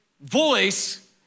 voice